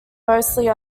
mostly